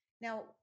Now